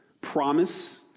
Promise